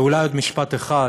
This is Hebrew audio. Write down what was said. ואולי עוד משפט אחד,